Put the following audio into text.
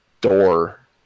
door